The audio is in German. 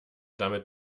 damit